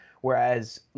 Whereas